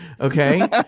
okay